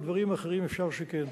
בדברים האחרים אפשר שכן.